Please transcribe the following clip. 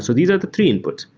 so these are three inputs.